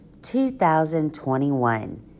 2021